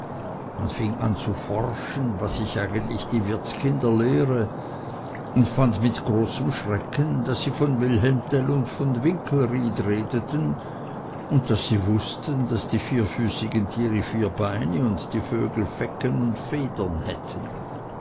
man fing an zu forschen was ich eigentlich die wirtskinder lehre und fand mit großem schrecken daß sie von wilhelm tell und von winkelried redeten und daß sie wußten daß die vierfüßigen tiere vier beine und die vögel fecken und federn hätten